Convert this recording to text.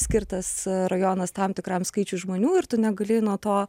skirtas rajonas tam tikram skaičiui žmonių ir tu negali nuo to